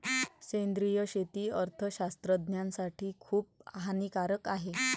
सेंद्रिय शेती अर्थशास्त्रज्ञासाठी खूप हानिकारक आहे